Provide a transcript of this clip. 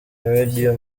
radio